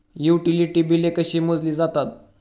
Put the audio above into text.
Utility बिले कशी मोजली जातात?